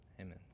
Amen